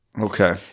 Okay